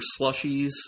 slushies